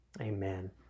Amen